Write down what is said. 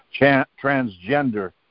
transgender